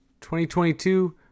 2022